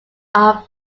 are